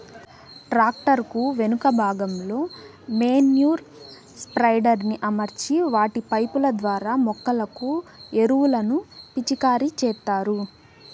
tractor కు వెనుక భాగంలో మేన్యుర్ స్ప్రెడర్ ని అమర్చి వాటి పైపు ల ద్వారా మొక్కలకు ఎరువులను పిచికారి చేత్తారు